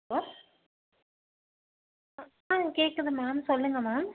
hello ஆ ஆ கேட்குது மேம் சொல்லுங்கள் மேம்